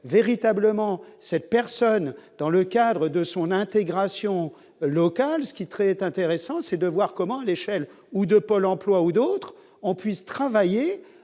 véritablement cette personne dans le cadre de son intégration locale, ce qui est très est intéressant, c'est de voir comment l'échelle ou de Pôle emploi ou d'autres, on puisse travailler